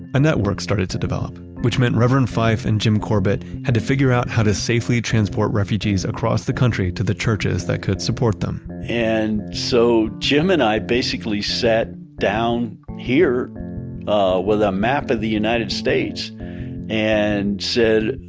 a network started to develop, which meant reverend fife and jim corbett had to figure out how to safely transport refugees across the country to the churches that could support them and so jim and i basically sat down here ah with a map of the united states and said,